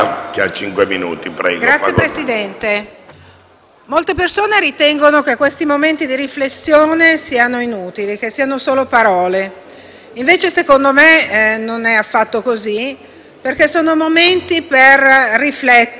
molte persone ritengono che questi momenti di riflessione siano inutili, che siano solo parole. Secondo me non è affatto così: sono momenti per ragionare e per ribadire che ci sono